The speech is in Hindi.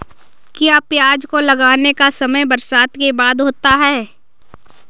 क्या प्याज को लगाने का समय बरसात के बाद होता है?